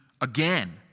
Again